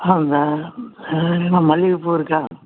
ஆ வே வேறு என்ன மல்லிகைப்பூ இருக்கா